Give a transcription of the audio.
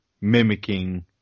mimicking